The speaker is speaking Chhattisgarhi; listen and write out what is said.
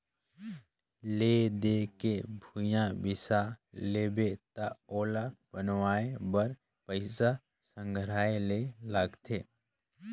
ले दे के भूंइया बिसा लेबे त ओला बनवाए बर पइसा संघराये ले लागथे